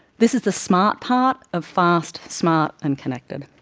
this is the smart part of fast, smart and connected.